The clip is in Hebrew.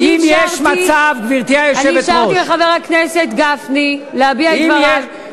אני אפשרתי לחבר הכנסת להביע את דבריו.